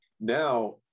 Now